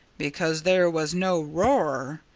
because there was no roar.